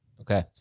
Okay